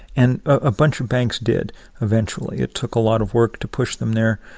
and a bunch of banks did eventually. it took a lot of work to push them there,